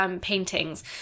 paintings